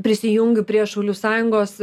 prisijungiu prie šaulių sąjungos